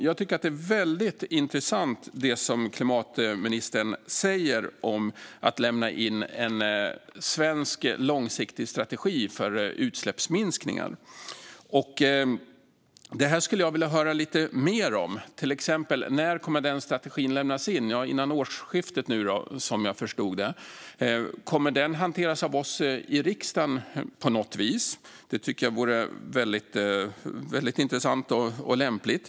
Jag tycker att det som klimat och miljöministern säger om att lämna in en svensk långsiktig strategi för utsläppsminskningar är väldigt intressant. Det skulle jag vilja höra lite mer om, till exempel när den strategin kommer att lämnas in. Som jag förstod det skulle det ske före årsskiftet. Kommer den att hanteras av oss i riksdagen på något vis? Det tycker jag vore väldigt intressant och lämpligt.